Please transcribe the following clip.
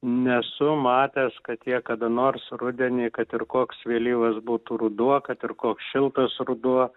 nesu matęs kad jie kada nors rudenį kad ir koks vėlyvas būtų ruduo kad ir koks šiltas ruduo